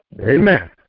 Amen